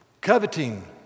Coveting